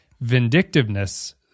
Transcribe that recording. vindictiveness